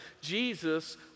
Jesus